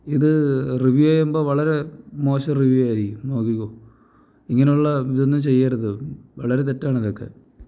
ഇത് റിവ്യൂ ചെയ്യുമ്പോൾ വളരെ മോശം റിവ്യൂ ആയിരിക്കും നോക്കിക്കോ ഇങ്ങനെയുള്ള ഇതൊന്നും ചെയ്യരുത് വളരെ തെറ്റാണ് ഇതൊക്കെ